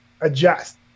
adjust